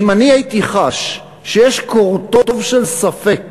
אם אני הייתי חש שיש קורטוב של ספק